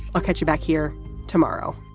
i'll catch you back here tomorrow